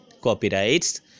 copyrights